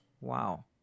Wow